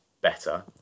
better